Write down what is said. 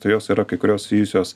tai jos yra kai kurios sijusios